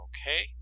Okay